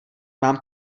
mám